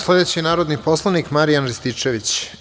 Sledeći je narodni poslanik Marijan Rističević.